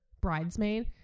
bridesmaid